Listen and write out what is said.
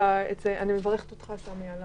אני מברכת אותך, סמי, על